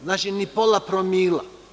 Znači, ni pola promila.